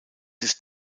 ist